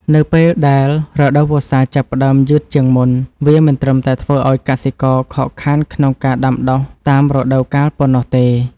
នៅពេលដែលរដូវវស្សាចាប់ផ្ដើមយឺតជាងមុន វាមិនត្រឹមតែធ្វើឱ្យកសិករខកខានក្នុងការដាំដុះតាមរដូវកាលប៉ុណ្ណោះទេ។